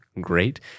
great